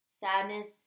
Sadness